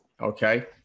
Okay